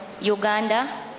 uganda